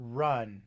run